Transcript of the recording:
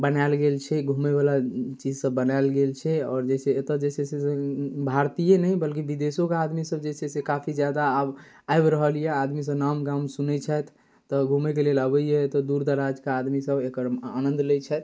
बनाएल गेल छै घुमैवला चीजसब बनाएल गेल छै आओर जे छै एतऽ जे छै से भारतिए नहि बल्कि विदेशोके आदमीसभ जे छै से काफी जादा आब आबि रहल अइ आदमीसभ नाम गाम सुनै छथि तऽ घुमैके लेल अबैए एतऽ दूरदराजके आदमीसभ एकर आनन्द लै छथि